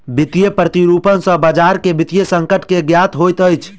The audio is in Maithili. वित्तीय प्रतिरूपण सॅ बजार के वित्तीय संकट के ज्ञात होइत अछि